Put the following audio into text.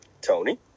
Tony